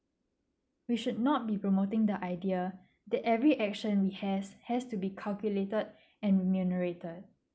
we should not be promoting the idea that every action we has has to be calculated and remunerated